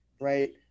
right